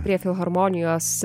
prie filharmonijos